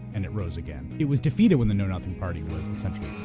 and it rose again. it was defeated when the know-nothing party was essentially